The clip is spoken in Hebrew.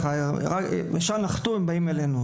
הם נוחתים וישר באים אלינו,